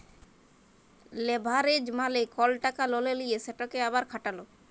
leverage মালে কল টাকা ললে লিঁয়ে সেটকে আবার খাটালো